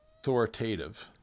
authoritative